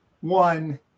one